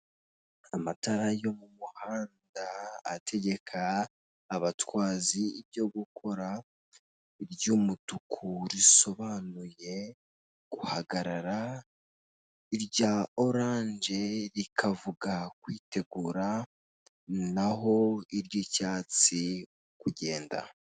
Amatara yo mu muhanda ategeka abatwazi ibyo gukora, iry'umutuku risobanuye guhagarara, irya oranje rikavuga kwitegura, naho iry'icyatsi kugenda.